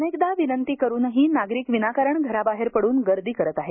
अनेकदा विनंती करूनही नागरिक विनाकारण घराबाहेर पडून गर्दी करत आहेत